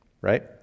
right